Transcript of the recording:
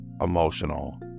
emotional